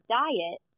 diet